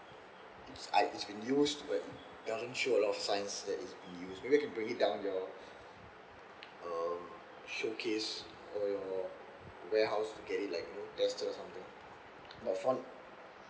I it's been used but doesn't show a lot of signs that it's been used maybe I can bring it down your uh showcase or your warehouse to get it like you know tested or something but f~